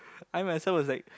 I myself was like